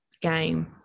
game